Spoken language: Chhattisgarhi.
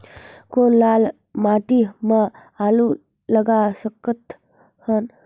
कौन लाल माटी म आलू लगा सकत हन?